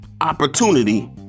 Opportunity